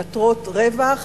למטרות רווח,